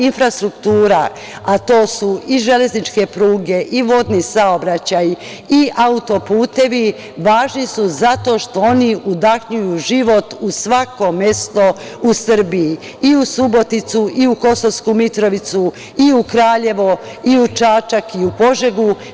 Infrastruktura, a to su i železničke pruge, i vodni saobraćaj, i autoputevi, važni su zato što oni udahnjuju život u svako mesto u Srbiji, i u Suboticu, i u Kosovsku Mitrovicu, i u Kraljevo, i u Čačak i u Požegu.